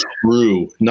true